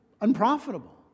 unprofitable